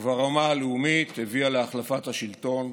וברמה הלאומית הביאה להחלפת השלטון,